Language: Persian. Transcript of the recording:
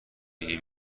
این